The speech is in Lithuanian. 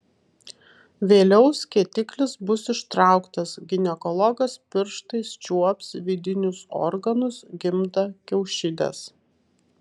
vėliau skėtiklis bus ištrauktas ginekologas pirštais čiuops vidinius organus gimdą kiaušides